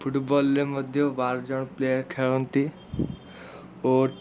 football ରେ ମଧ୍ୟ ବାରଜଣ ପ୍ଲେୟାର୍ ଖେଳନ୍ତି ଓ